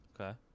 Okay